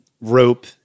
rope